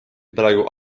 praegu